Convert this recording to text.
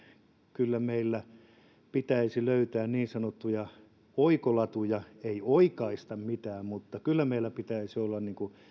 kyllä meidän pitäisi löytää niin sanottuja oikolatuja ei oikaista mitään mutta kyllä meillä pitäisi olla